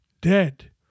dead